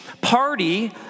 party